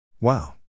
Wow